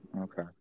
Okay